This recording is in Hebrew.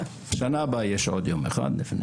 בשנה הבאה יש עוד יום אחד, נפנה.